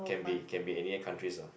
can be can be any countries ah